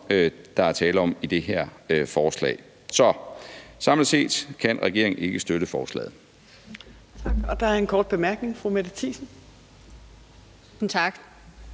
der er tale om i det her forslag. Så samlet set kan regeringen ikke støtte forslaget.